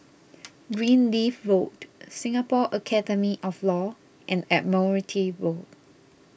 Greenleaf Road Singapore Academy of Law and Admiralty Road